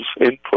input